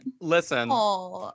Listen